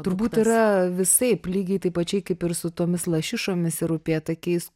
turbūt yra visaip lygiai taip pačiai kaip ir su tomis lašišomis ir upėtakiais